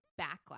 backlash